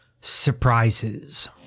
surprises